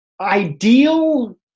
ideal